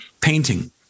painting